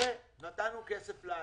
נתנו כסף לאנשים.